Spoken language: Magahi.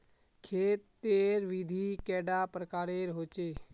खेत तेर विधि कैडा प्रकारेर होचे?